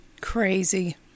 Crazy